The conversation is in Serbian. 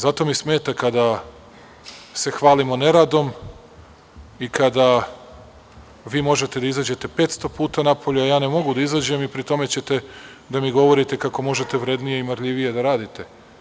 Zato mi smeta kada se hvalimo neradom i kada vi možete da izađete 500 puta napolje, a ja ne mogu da izađem i pri tom ćete da mi govorite kako možete vrednije i marljivije da radite.